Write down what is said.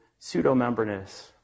pseudomembranous